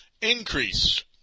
increase